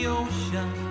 ocean